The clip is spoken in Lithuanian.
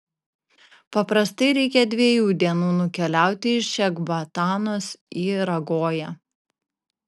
paprastai reikia dviejų dienų nukeliauti iš ekbatanos į ragoją